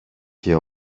και